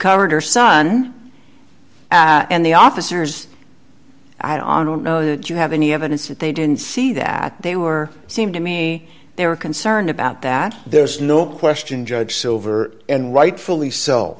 covered her son and the officers i don't know that you have any evidence that they didn't see that they were seemed to me they were concerned about that there's no question judge silver and rightfully so